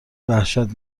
وحشت